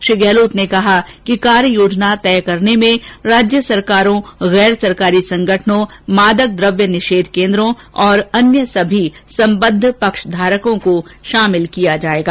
श्री गहलोत ने कहा कि कार्ययोजना तय करने में राज्य सरकारों गैर सरकारी संगठनों मादक द्रव्य निषेध केंद्रों तथा अन्य सभी संबद्व पक्षधारकों को शामिल किया जाएगा